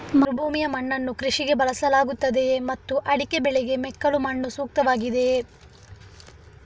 ಮರುಭೂಮಿಯ ಮಣ್ಣನ್ನು ಕೃಷಿಗೆ ಬಳಸಲಾಗುತ್ತದೆಯೇ ಮತ್ತು ಅಡಿಕೆ ಬೆಳೆಗೆ ಮೆಕ್ಕಲು ಮಣ್ಣು ಸೂಕ್ತವಾಗಿದೆಯೇ?